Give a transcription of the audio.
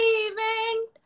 event